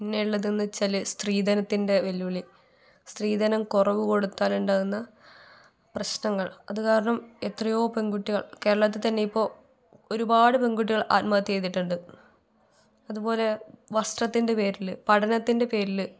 പിന്നെ ഉള്ളതെന്ന് വച്ചാല് സ്ത്രീധനത്തിൻ്റെ വെല്ലുവിളി സ്ത്രീധനം കുറവ് കൊടുത്താലുണ്ടാകുന്ന പ്രശ്നങ്ങൾ അത് കാരണം എത്രയോ പെൺകുട്ടികൾ കേരളത്തിൽ തന്നെ ഇപ്പോൾ ഒരുപാട് പെൺകുട്ടികൾ ആത്മഹത്യ ചെയ്തിട്ടുണ്ട് അതുപോലെ വസ്ത്രത്തിൻ്റെ പേരില് പഠനത്തിൻ്റെ പേരില്